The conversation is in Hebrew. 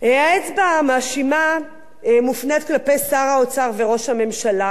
האצבע המאשימה מופנית כלפי שר האוצר וראש הממשלה